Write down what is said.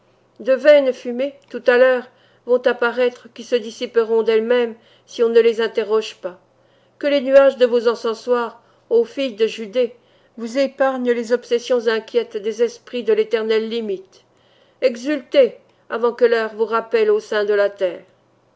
de vaines fumées tout à l'heure vont apparaître qui se dissiperont d'elles-mêmes si on ne les interroge pas que les nuages de vos encensoirs ô filles de judée vous épargnent les obsessions inquiètes des esprits de l'éternelle limite exultez avant que l'heure vous rappelle au sein de la terre